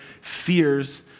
fears